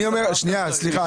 אני אומר, שנייה, סליחה.